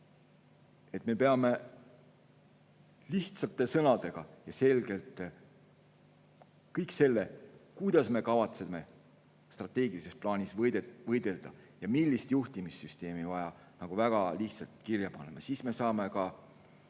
Soome.Me peame lihtsate sõnadega ja selgelt kõik selle, kuidas me kavatseme strateegilises plaanis võidelda ja millist juhtimissüsteemi on vaja, kirja panema. Siis me saame ka